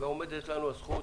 גם עומדת לנו הזכות,